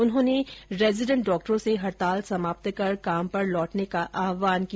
उन्होंने रेजीडेंट डॉक्टरों से हड़ताल समाप्त कर काम पर लौटने का आहवान किया